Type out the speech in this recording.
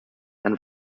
and